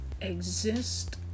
exist